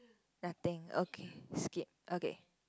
nothing okay skip okay